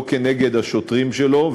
לא נגד השוטרים שלה,